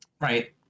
right